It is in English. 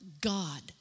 God